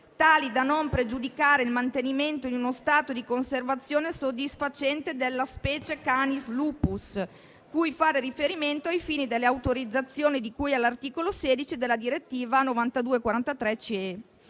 tale da non pregiudicare il mantenimento in uno stato di conservazione soddisfacente della specie Canis lupus cui fare riferimento ai fini delle autorizzazioni di cui all'articolo 16 della Direttiva 92/43/CEE.